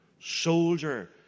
soldier